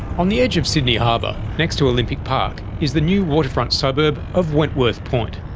on the edge of sydney harbour, next to olympic park, is the new waterfront suburb of wentworth point.